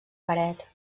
paret